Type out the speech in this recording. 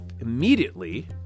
immediately